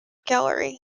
gallery